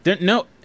no